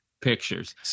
pictures